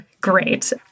great